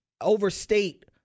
overstate